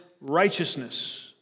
righteousness